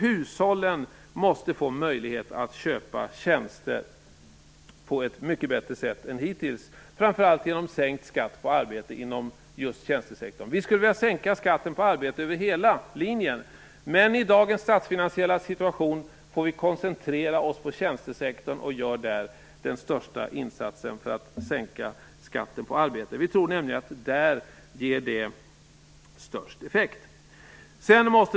Hushållen måste få möjlighet att köpa tjänster på ett mycket bättre sätt än hittills, framför allt genom sänkt skatt på arbete inom just tjänstesektorn. Vi skulle vilja sänka skatten på arbete över hela linjen, men i dagens statsfinansiella situation får vi koncentrera oss på tjänstesektorn. Vi gör där den största insatsen för att sänka skatten på arbete. Vi tror nämligen att vi får den största effekten där.